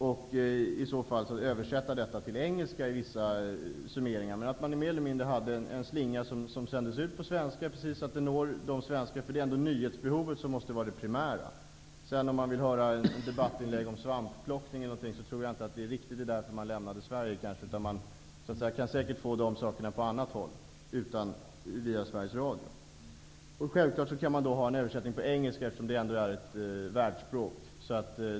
Vissa summeringar av detta skulle kunna översättas till engelska. Men man skulle kunna ha en slinga som sänds ut på svenska så att den når svenskar i utlandet. Det är ändå nyhetsbehovet som måste vara det primära. Det var kanske inte för att höra ett debattinlägg om svampplockning som man lämnade Sverige. Dessa saker kan man säkert få på annat håll och inte via Sveriges Radio. Man kan självfallet ha en översättning till engelska eftersom det är ett världsspråk.